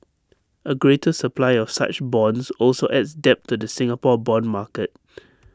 A greater supply of such bonds also adds depth to the Singapore Bond market